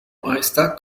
resta